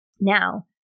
Now